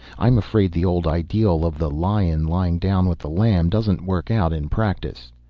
i'm afraid the old ideal of the lion lying down with the lamb doesn't work out in practice.